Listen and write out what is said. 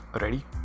Ready